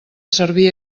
servir